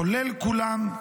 כולל כולם,